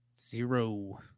Zero